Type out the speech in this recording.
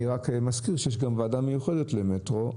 אני רק מזכיר שיש גם ועדה מיוחדת למטרו,